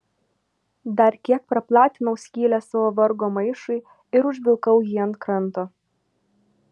dar kiek praplatinau skylę savo vargo maišui ir užvilkau jį ant kranto